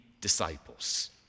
disciples